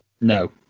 No